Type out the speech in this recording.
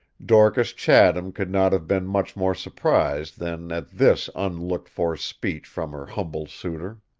dorcas chatham could not have been much more surprised than at this unlooked-for speech from her humble suitor.